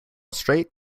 straight